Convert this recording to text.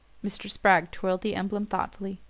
mr. spragg twirled the emblem thoughtfully.